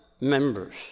members